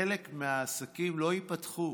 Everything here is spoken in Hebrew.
חלק מהעסקים לא ייפתחו